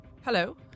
Hello